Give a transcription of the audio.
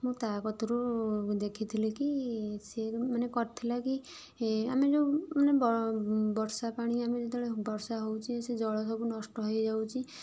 ମୁଁ ତା କତୁରୁ ଦେଖିଥିଲି କି ସିଏ ମାନେ କରିଥିଲା କି ଆମେ ଯେଉଁ ମାନେ ବର୍ଷା ପାଣି ଆମେ ଯେତେବେଳେ ବର୍ଷା ହଉଛି ସେ ଜଳ ସବୁ ନଷ୍ଟ ହେଇଯାଉଛି